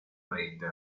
rete